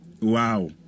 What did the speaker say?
Wow